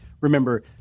remember